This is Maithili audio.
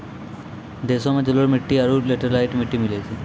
देशो मे जलोढ़ मट्टी आरु लेटेराइट मट्टी मिलै छै